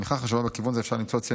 ותמיכה חשובה בכיוון זה אפשר למצוא אצל